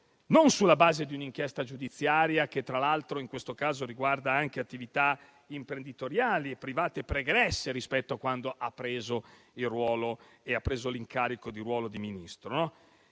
non sulla base di un'inchiesta giudiziaria, che tra l'altro in questo caso riguarda anche attività imprenditoriali e private pregresse rispetto a quando ha assunto la carica di Ministro.